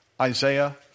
Isaiah